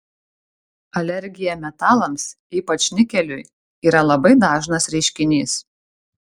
alergija metalams ypač nikeliui yra labai dažnas reiškinys